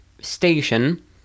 station